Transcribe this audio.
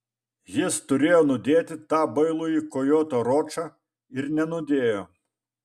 jis turėjo nudėti tą bailųjį kojotą ročą ir nenudėjo